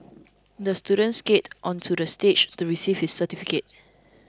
the student skated onto the stage to receive his certificate